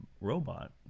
robot